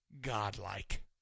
Godlike